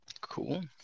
Cool